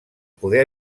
poder